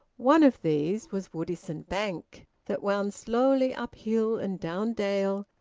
one of these was woodisun bank, that wound slowly up hill and down dale,